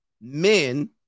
men